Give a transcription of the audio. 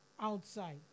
outside